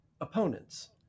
Opponents